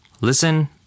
listen